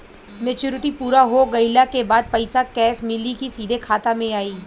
Maturity पूरा हो गइला के बाद पईसा कैश मिली की सीधे खाता में आई?